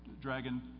Dragon